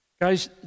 Guys